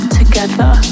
together